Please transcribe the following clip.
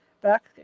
back